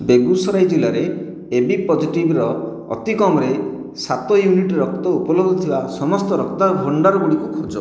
ବେଗୁସରାଇ ଜିଲ୍ଲାରେ AB positive ର ଅତିକମ୍ରେ ସାତ ୟୁନିଟ୍ ରକ୍ତ ଉପଲବ୍ଧ ଥିବା ସମସ୍ତ ରକ୍ତ ଭଣ୍ଡାର ଗୁଡ଼ିକ ଖୋଜ